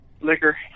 Liquor